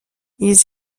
ils